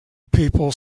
people